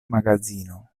magazino